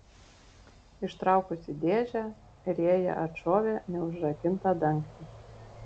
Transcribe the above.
ištraukusi dėžę rėja atšovė neužrakintą dangtį